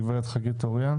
חגית אוריאן